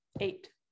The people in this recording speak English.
eight